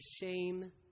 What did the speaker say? shame